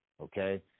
Okay